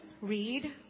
read